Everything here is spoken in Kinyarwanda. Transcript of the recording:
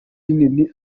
rinini